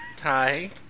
Hi